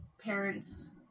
parents